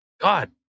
God